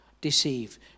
deceive